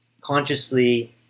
consciously